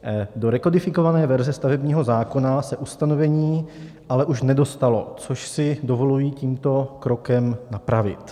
Do rekodifikované verze stavebního zákona se ustanovení ale už nedostalo, což si dovoluji tímto krokem napravit.